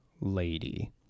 lady